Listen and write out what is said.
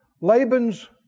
Laban's